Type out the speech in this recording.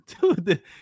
Dude